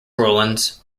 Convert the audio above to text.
rowlands